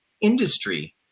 industry